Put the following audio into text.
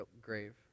grave